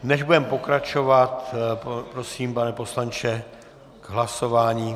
Než budeme pokračovat, prosím, pane poslanče, k hlasování.